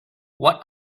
what